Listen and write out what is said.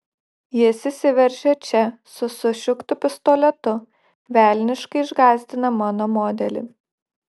jis įsiveržia čia su sušiktu pistoletu velniškai išgąsdina mano modelį